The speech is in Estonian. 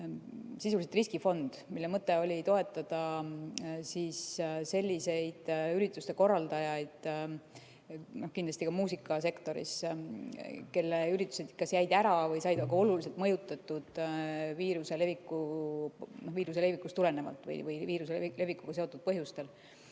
sisuliselt riskifond, mille mõte oli toetada selliseid ürituste korraldajaid, kindlasti ka muusikasektoris, kelle üritused kas jäid ära või said oluliselt mõjutatud viiruse levikust tulenevalt või viiruse levikuga seotud põhjustel.